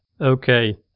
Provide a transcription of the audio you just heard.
Okay